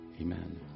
amen